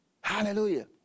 hallelujah